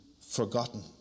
forgotten